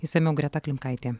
išsamiau greta klimkaitė